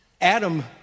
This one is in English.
Adam